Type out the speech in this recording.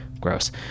gross